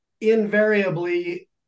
invariably